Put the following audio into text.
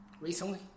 Recently